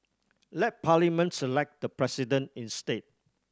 let Parliament select the President instead